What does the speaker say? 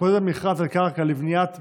מתמודד במכרז על קרקע לבניית פרויקט,